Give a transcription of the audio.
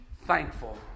thankful